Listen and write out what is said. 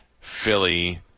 Philly